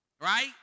Right